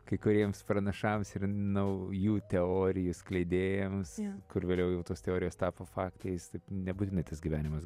kai kuriems pranašams ir naujų teorijų skleidėjams kur vėliau jau tos teorijos tapo faktais taip nebūtinai tas gyvenimas